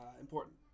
important